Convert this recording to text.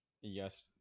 yes